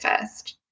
first